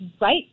right